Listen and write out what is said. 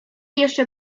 jeszcze